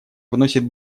вносит